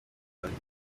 amajwi